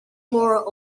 more